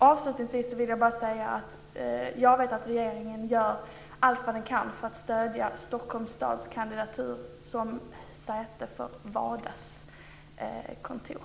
Avslutningsvis vill jag bara säga att jag vet att regeringen gör allt vad den kan för att stödja Stockholm stads kandidatur som säte för WADA:s kontor.